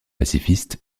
pacifiste